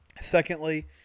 Secondly